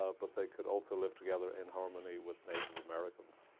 ah but they could also live together in harmony with native americans.